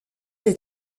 est